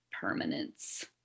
permanence